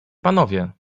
panowie